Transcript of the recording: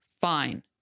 fine